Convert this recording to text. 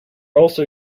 also